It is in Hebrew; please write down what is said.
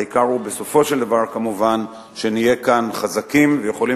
העיקר הוא בסופו של דבר כמובן שנהיה כאן חזקים ויכולים